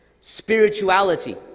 Spirituality